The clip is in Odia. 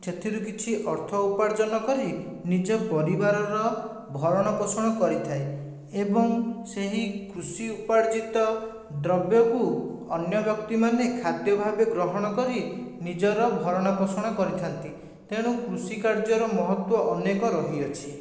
ସେଥିରୁ କିଛି ଅର୍ଥ ଉପାର୍ଜନ କରି ନିଜ ପରିବାରର ଭରଣ ପୋଷଣ କରିଥାଏ ଏବଂ ସେହି କୃଷି ଉପାର୍ଜିତ ଦ୍ରବ୍ୟକୁ ଅନ୍ୟ ବ୍ୟକ୍ତିମାନେ ଖାଦ୍ୟ ଭାବେ ଗ୍ରହଣ କରି ନିଜର ଭରଣ ପୋଷଣ କରିଥାନ୍ତି ତେଣୁ କୃଷି କାର୍ଯ୍ୟର ମହତ୍ତ୍ଵ ଅନେକ ରହିଅଛି